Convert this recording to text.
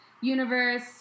Universe